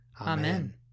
Amen